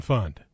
Fund